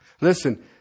Listen